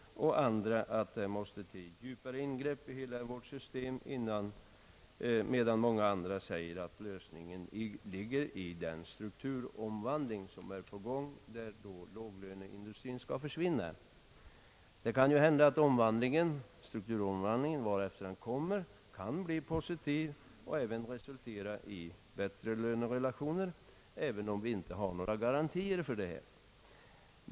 Andra tror att det måst2 till djupare ingrepp i hela vårt system, medan många säger att lösningen ligger i den pågående strukturomvandlingen, där låglöneindustrin skall försvinna. Strukturomvandlingen kanske, varefter den kommer, kan bli positiv och resultera i bättre lönerelationer, även om vi inte har några garantier härför.